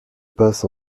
passe